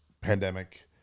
pandemic